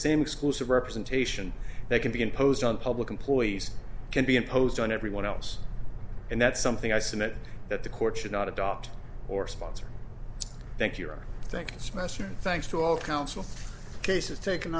same exclusive representation that can be imposed on public employees can be imposed on everyone else and that's something i submit that the court should not adopt or sponsor thank you or thanks meserve thanks to all counsel cases taken